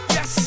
Yes